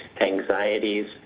anxieties